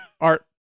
art